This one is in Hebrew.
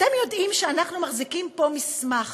אתם יודעים שאנחנו מחזיקים פה מסמך